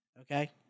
okay